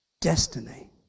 destiny